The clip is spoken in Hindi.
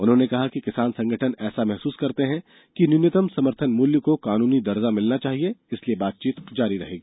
उन्होंने कहा कि किसान संगठन ऐसा महसूस करते हैं कि न्यूनतम समर्थन मूल्य को कानूनी दर्जा मिलना चाहिए इसलिए बातचीत जारी रहेगी